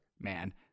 man